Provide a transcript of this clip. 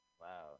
Wow